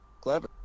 clever